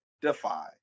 Defy